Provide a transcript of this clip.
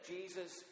Jesus